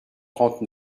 trente